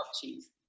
cheese